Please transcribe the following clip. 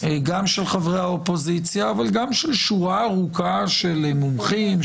גם של חברי האופוזיציה אבל גם של שורה ארוכה של מומחים,